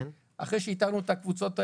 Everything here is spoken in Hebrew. אחרי שאיתרנו את הקבוצות האלה,